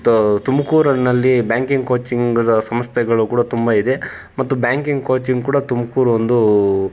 ತ ತುಮಕೂರಿನಲ್ಲಿ ಬ್ಯಾಂಕಿಂಗ್ ಕೋಚಿಂಗಿನ ಸಂಸ್ಥೆಗಳು ಕೂಡ ತುಂಬ ಇದೆ ಮತ್ತು ಬ್ಯಾಂಕಿಂಗ್ ಕೋಚಿಂಗ್ ಕೂಡ ತುಮಕೂರು ಒಂದು